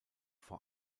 vor